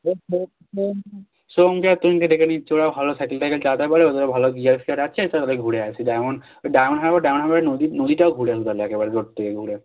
সোহমকে আর তুহিনকে ডেকে নিচ্ছি ওরাও ভালো সাইকেল টাইকেল চালাতে পারে ওদের ভালো গিয়ার ফিয়ার আছে ঘুরে আসি ডায়মন্ড ডায়মন্ড হারবার ডায়মন্ড হারবারের নদী নদীটাও ঘুরে আসবো তাহলে একেবারে রোড থেকে ঘুরে